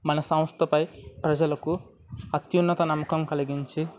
మన సంస్థపై ప్రజలకు అత్యున్నత నమ్మకం కలిగించి